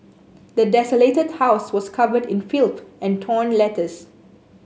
the desolated house was covered in filth and torn letters